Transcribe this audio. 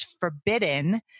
forbidden